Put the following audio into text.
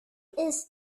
ist